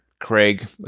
Craig